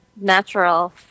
natural